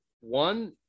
One